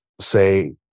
say